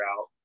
out